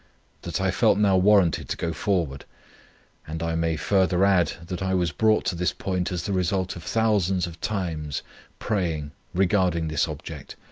that i felt now warranted to go forward and i may further add, that i was brought to this point as the result of thousands of times praying regarding this object